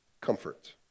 Comfort